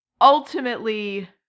ultimately